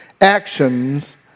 actions